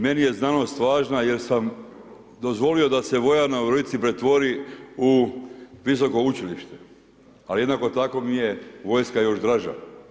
Meni je znanost važna jer sam dozvolio da se vojarna u Virovitici pretvori u visoko učilište, ali jednako tako mi je vojska još draža.